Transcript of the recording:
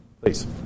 Please